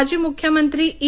माजी मुख्यमंत्री ई